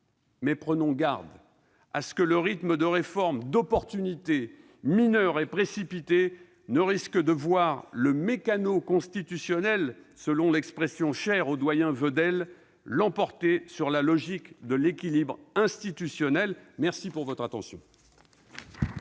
Mais prenons garde à ce que le rythme de réformes d'opportunité, mineures et précipitées, ne conduise le « mécano constitutionnel », selon l'expression chère au doyen Vedel, à l'emporter sur la logique de l'équilibre institutionnel ! La parole est